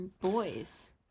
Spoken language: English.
boys